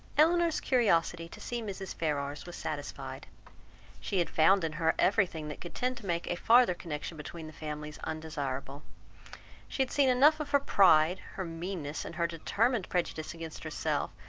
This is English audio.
elinor's curiosity to see mrs. ferrars was satisfied she had found in her every thing that could tend to make a farther connection between the families undesirable she had seen enough of her pride, her meanness, and her determined prejudice against herself,